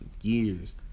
years